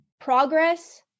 Progress